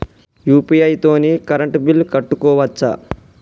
UPI తోని current bill కట్టుకోవచ్ఛా?